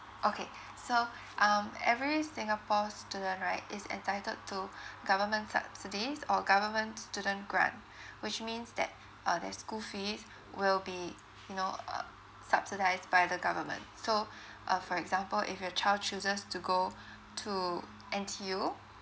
okay so um every singapore student right is entitled to government subsidies or government student grant which means that uh their school fees will be you know uh subsidised by the government so uh for example if your child chooses to go to N_T_U